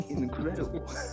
incredible